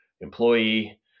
employee